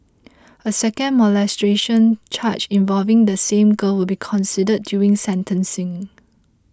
a second molestation charge involving the same girl will be considered during sentencing